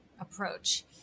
approach